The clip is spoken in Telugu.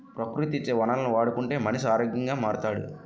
ప్రకృతి ఇచ్చే వనరులను వాడుకుంటే మనిషి ఆరోగ్యంగా మారుతాడు